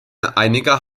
einiger